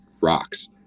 rocks